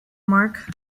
mark